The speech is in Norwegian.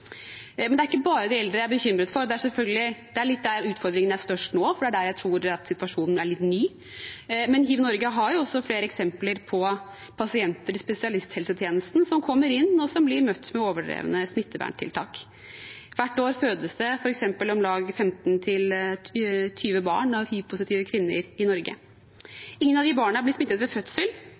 Men det er ikke bare de eldre jeg er bekymret for, selv om jeg tror det er der utfordringen er størst nå, for det er der situasjonen er litt ny. HivNorge har også flere eksempler på pasienter i spesialisthelsetjenesten som kommer inn, og som blir møtt med overdrevne smitteverntiltak. Hvert år fødes det f.eks. om lag 15–20 barn av hivpositive kvinner i Norge. Ingen av de barna er blitt smittet ved fødsel,